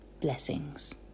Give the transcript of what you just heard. Blessings